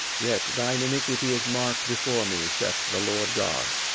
yet thine iniquity is marked before me, saith the lord god.